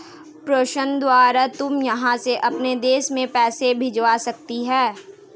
प्रेषण द्वारा तुम यहाँ से अपने देश में पैसे भिजवा सकती हो